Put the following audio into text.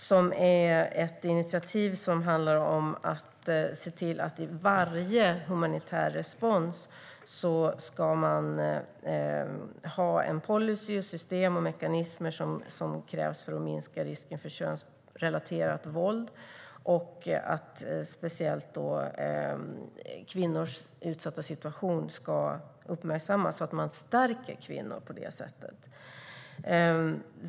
Det är ett initiativ för att se till att man vid varje humanitär respons ska ha den policy, det system och de mekanismer som krävs för att minska risken för könsrelaterat våld. Man ska speciellt uppmärksamma kvinnors utsatta situation så att man på det sättet stärker kvinnor.